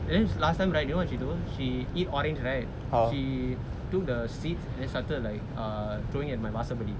then last time right you know what she eat orange right she took the seeds and then started throwing at my வாசபடி:vaasapadi